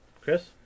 Chris